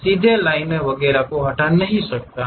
मैं सीधे लाइनों वगैरह को हटा नहीं सकता